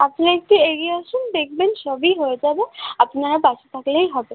আপনারা একটু এগিয়ে আসুন দেখবেন সবই হয়ে যাবে আপনারা পাশে থাকলেই হবে